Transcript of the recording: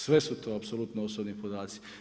Sve su to apsolutno osobni podaci.